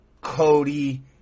Cody